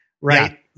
Right